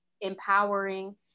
empowering